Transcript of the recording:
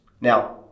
Now